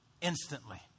Instantly